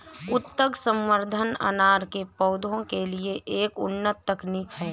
ऊतक संवर्धन अनार के पौधों के लिए एक उन्नत तकनीक है